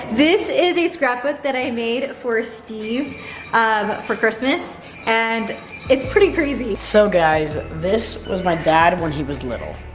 this is a scrapbook that i made for steve um for christmas and it's pretty crazy. so guys, this was my dad when he was little.